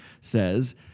says